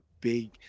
big